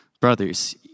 Brothers